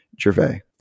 Gervais